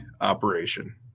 operation